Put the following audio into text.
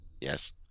yes